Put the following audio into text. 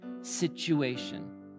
situation